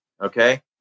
Okay